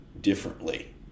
differently